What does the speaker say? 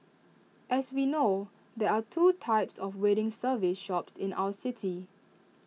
as we know there are two types of wedding service shops in our city